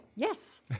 Yes